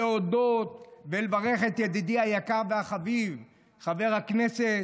להודות ולברך את ידידי היקר והחביב חבר הכנסת